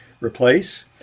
replace